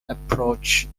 approach